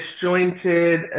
disjointed